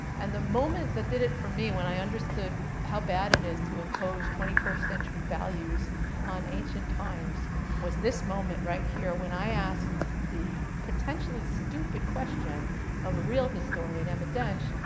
and the moment that did it for me when i understood how bad it is to impose twenty first century values on ancient times was this moment right here when i asked the potentially stupid question of a real historian, emma dench,